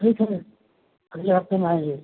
ठीक है अगले हफ़्ते में आऍंगे